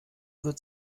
wird